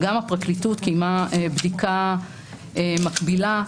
וגם הפרקליטות קיימה בדיקה מקבילה.